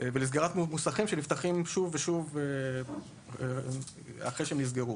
ולסגירה של מוסכים שנפתחים שוב ושוב אחרי שנסגרו.